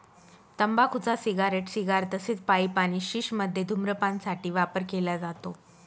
तंबाखूचा cigarette, cigar तसेच pipe आणि शिश मध्ये धूम्रपान साठी वापर केला जातो